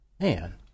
man